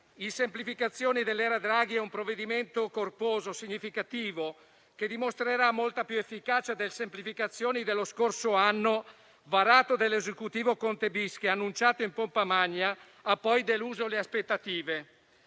semplificazioni dell'era Draghi è un provvedimento corposo e significativo, che dimostrerà molta più efficacia del decreto semplificazioni dello scorso anno, varato dall'Esecutivo Conte-*bis* che, annunciato in pompa magna, ha poi deluso le aspettative.